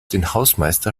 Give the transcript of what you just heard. hausmeister